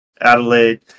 Adelaide